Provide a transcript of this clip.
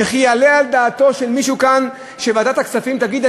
וכי יעלה על דעתו של מישהו כאן שוועדת הכספים תגיד: